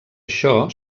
això